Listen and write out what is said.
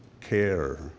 care